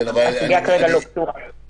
בשורה התחתונה, הסוגיה כרגע לא פתורה.